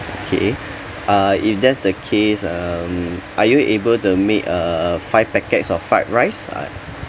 okay uh if that's the case um are you able to make uh five packets of fried rice